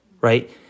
right